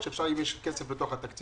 או שאפשר אם יש כסף בתוך התקציב?